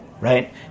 right